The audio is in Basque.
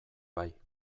bai